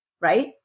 right